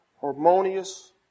harmonious